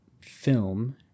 film